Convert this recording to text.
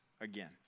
again